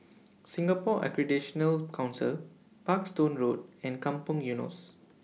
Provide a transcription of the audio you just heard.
Singapore Accreditation Council Parkstone Road and Kampong Eunos